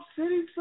City